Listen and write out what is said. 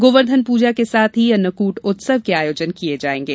गोवर्धन प्रजा के साथ ही अन्नकूट उत्सव के आयोजन किये जायेंगे